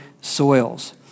soils